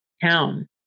town